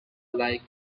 light